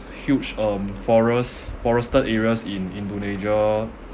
huge um forest~ forested areas in indonesia